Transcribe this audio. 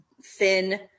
thin